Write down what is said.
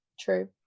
true